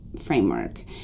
framework